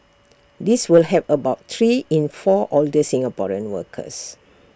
this will help about three in four older Singaporean workers